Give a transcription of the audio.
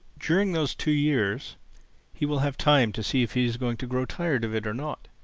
during those two years he will have time to see if he is going to grow tired of it or not.